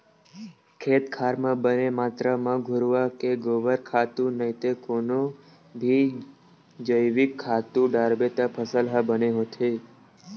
खेत खार म बने मातरा म घुरूवा के गोबर खातू नइते कोनो भी जइविक खातू डारबे त फसल ह बने होथे